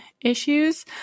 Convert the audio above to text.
issues